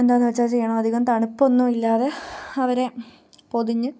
എന്താണെന്ന് വച്ചാൽ ചെയ്യണം അധികം തണുപ്പൊന്നും ഇല്ലാതെ അവരെ പൊതിഞ്ഞ്